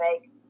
make